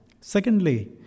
Secondly